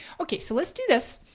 okay so let's do this,